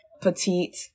petite